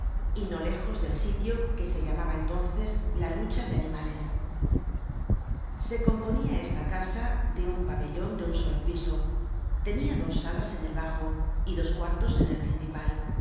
y no lejos del sitio que se llamaba entonces la lucha de animales se componía esta casa de un pabellon de un solo piso tenia dos salas en el bajo y dos cuartos en el principal